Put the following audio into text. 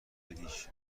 بدیش